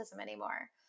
anymore